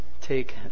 take